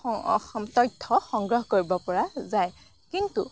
তথ্য সংগ্ৰহ কৰিব পৰা যায় কিন্তু